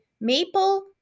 maple